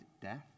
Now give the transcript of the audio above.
death